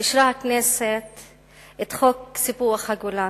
אישרה הכנסת את חוק סיפוח הגולן.